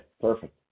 perfect